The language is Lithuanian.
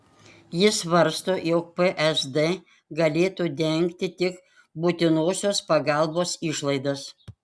ji svarsto jog psd galėtų dengti tik būtinosios pagalbos išlaidas